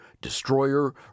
destroyer